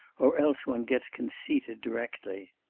or else one gets conceited directly.